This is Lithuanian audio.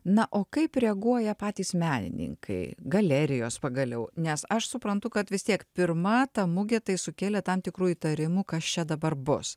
na o kaip reaguoja patys menininkai galerijos pagaliau nes aš suprantu kad vis tiek pirma ta mugė tai sukėlė tam tikrų įtarimų kas čia dabar bus